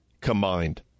combined